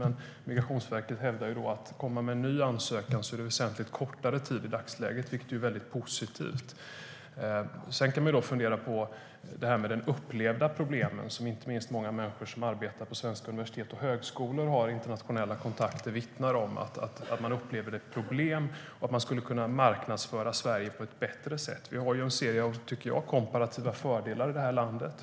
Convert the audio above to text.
Men Migrationsverket hävdar att om man kommer med en ny ansökan är ansökningstiden väsentligt kortare i dagsläget, vilket är mycket positivt. Sedan kan man fundera på de upplevda problemen, som inte minst många människor som arbetar på svenska universitet och högskolor och som har internationella kontakter vittnar om. De upplever problem och tycker att Sverige skulle kunna marknadsföras på ett bättre sätt. Vi har, tycker jag, en del komparativa fördelar i det här landet.